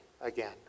again